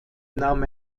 nahm